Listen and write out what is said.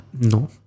No